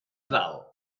val